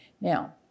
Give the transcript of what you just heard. Now